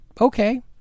okay